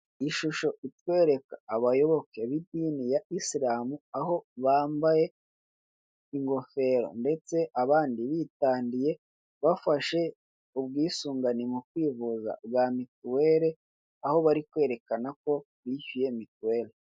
Ishusho utwereka abayoboke b'idini ya Islam, aho bambaye ingofero ndetse abandi bitandiye, bafashe ubwisungane mu kwivuza bwa mituweli, aho bari kwerekana ko bishyuye mituweli.